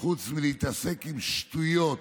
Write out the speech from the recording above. חוץ מלהתעסק בשטויות,